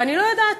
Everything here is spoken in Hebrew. ואני לא יודעת